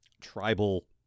tribal